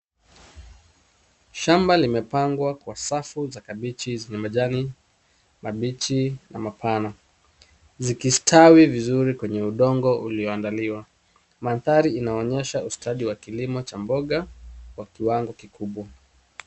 Shamba limepangwa kwa safu za kabichi zenye majani mabichi na mapana, zikistawi vizuri kwenye udongo ulioandaliwa. Mandhari inaonyesha ustadi wa kilimo cha mboga kwa kiwango kikubwa.